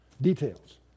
details